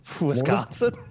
Wisconsin